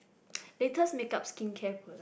latest makeup skincare product